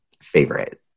favorite